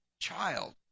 child